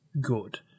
good